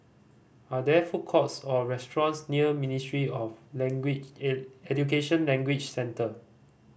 are there food courts or restaurants near Ministry of Language and Education Language Centre